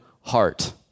heart